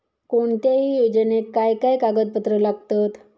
कोणत्याही योजनेक काय काय कागदपत्र लागतत?